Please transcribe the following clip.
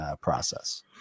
process